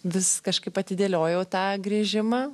vis kažkaip atidėliojau tą grįžimą